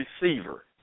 receiver